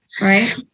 Right